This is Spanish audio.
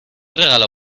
regalo